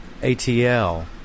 ATL